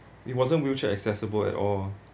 it wasn't wheelchair accessible at all